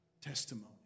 testimony